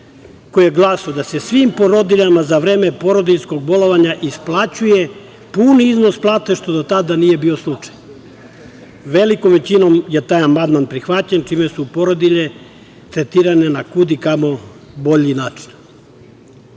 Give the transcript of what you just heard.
koji je glasio da se svim porodiljama za vreme porodiljskog bolovanja isplaćuje pun iznos plata, što do tada nije bio slučaj. Velikom većinom je taj amandman prihvaćen, čime su porodilje tretirane na kudikamo bolji način. Kada